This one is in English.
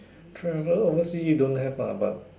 travel oversea don't have lah but